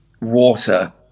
water